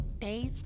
Days